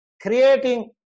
creating